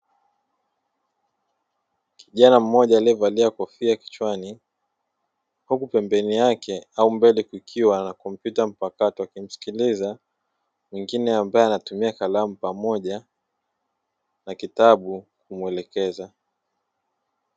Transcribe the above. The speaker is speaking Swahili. Kijana mmoja aliyevalia kofia kichwani huku pembeni yake au mbele kukiwa na kompyuta mpakato, akimsikiliza mwingine ambaye anatumia kalamu pamoja na kitabu kumuelekeza.